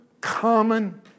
common